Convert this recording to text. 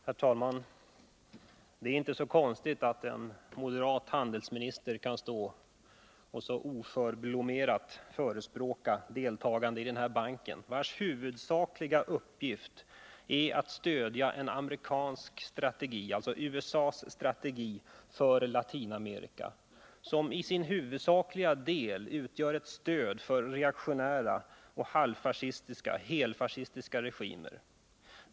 Herr talman! Det är inte så konstigt att en moderat handelsminister så oförblommerat förespråkar medlemskap i den här banken, vars huvudsakliga uppgift är att stödja USA:s strategi i Latinamerika vilken i sin huvudsakliga del utgör ett stöd för reaktionära och halvfascistiska eller helfascistiska regimer.